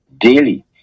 daily